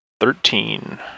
thirteen